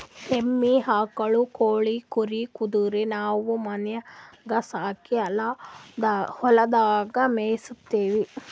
ಎಮ್ಮಿ ಆಕುಳ್ ಕೋಳಿ ಕುರಿ ಕುದರಿ ನಾವು ಮನ್ಯಾಗ್ ಸಾಕಿ ಹೊಲದಾಗ್ ಮೇಯಿಸತ್ತೀವಿ